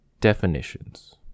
Definitions